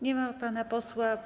Nie ma pana posła.